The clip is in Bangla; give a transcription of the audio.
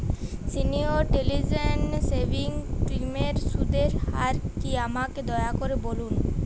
সিনিয়র সিটিজেন সেভিংস স্কিমের সুদের হার কী আমাকে দয়া করে বলুন